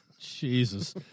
Jesus